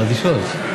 הן אדישות.